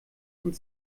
und